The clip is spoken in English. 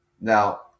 Now